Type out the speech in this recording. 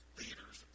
leaders